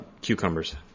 Cucumbers